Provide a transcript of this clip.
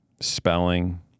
spelling